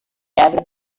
avid